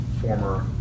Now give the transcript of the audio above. former